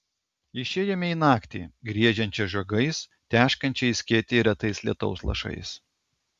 išėjome į naktį griežiančią žiogais teškančią į skėtį retais lietaus lašais